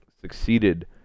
succeeded